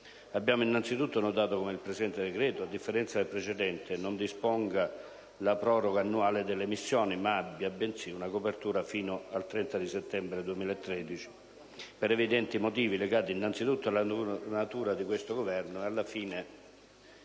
Abbiamo innanzitutto notato come il presente decreto, a differenza del precedente, non disponga la proroga annuale delle missioni, ma abbia, bensì una copertura fino al 30 settembre 2013. Per evidenti motivi, legati innanzitutto alla natura di questo Governo e alla fine